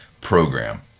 program